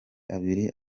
abiri